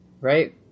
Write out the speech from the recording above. right